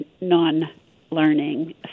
non-learning